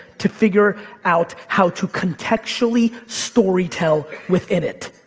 to figure out how to contextually story tell within it.